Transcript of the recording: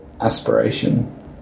aspiration